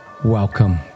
welcome